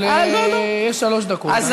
אבל יש שלוש דקות, ואנחנו רוצים להצביע.